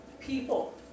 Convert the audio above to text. people